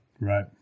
right